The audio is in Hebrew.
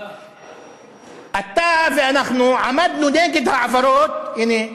אתה ואנחנו, עמדנו נגד ההעברות, הנה,